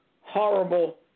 horrible